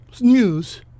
news